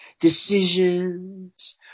decisions